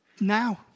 Now